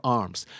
arms